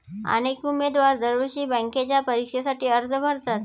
अनेक उमेदवार दरवर्षी बँकेच्या परीक्षेसाठी अर्ज भरतात